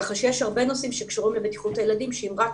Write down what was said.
ככה שיש הרבה נושאים שקשורים לבטיחות הילדים שאם רק